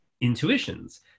intuitions